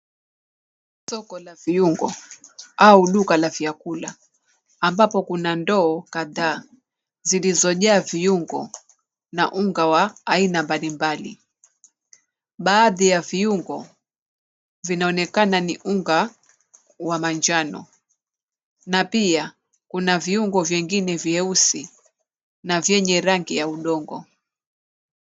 Duka la viungo au duka la vyakula ambapo kuna ndoo kadhaa zilizo jaa viungo na unga wa aina mbalimbali. Baadhi ya viungo vinaonekana ni unga wa manjano na pia kuna viungo vingine vyeusi na vyenye rangi ya udongo.